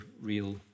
real